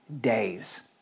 Days